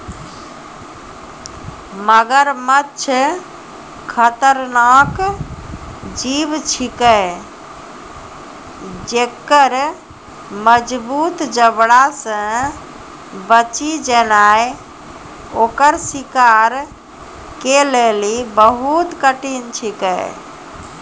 मगरमच्छ खतरनाक जीव छिकै जेक्कर मजगूत जबड़ा से बची जेनाय ओकर शिकार के लेली बहुत कठिन छिकै